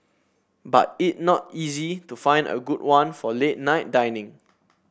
but it not easy to find a good one for late night dining